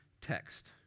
text